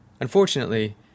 unfortunately